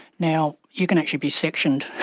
now, you can actually be sectioned,